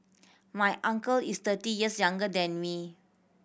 my uncle is thirty years younger than me